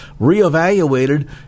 reevaluated